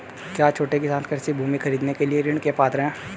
क्या छोटे किसान कृषि भूमि खरीदने के लिए ऋण के पात्र हैं?